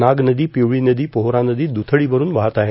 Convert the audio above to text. नागनदी पिवळी नदी पोहरा नदी द्रथडी भरून वाहत आहे